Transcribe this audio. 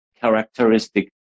characteristic